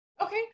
Okay